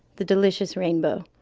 the delicious rainbow.